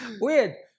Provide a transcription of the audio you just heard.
Weird